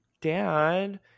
Dad